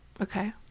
okay